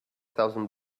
thousand